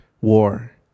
war